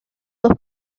dos